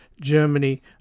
Germany